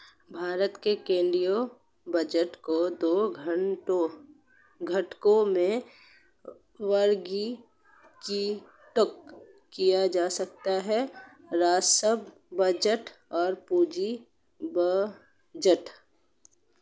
भारत के केंद्रीय बजट को दो घटकों में वर्गीकृत किया जा सकता है राजस्व बजट और पूंजी बजट